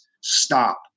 stop